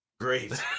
great